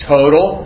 Total